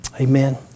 Amen